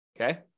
okay